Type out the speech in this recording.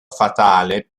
fatale